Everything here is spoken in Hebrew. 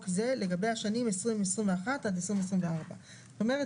זה לגבי השנים 2021 עד 2024. זאת אומרת,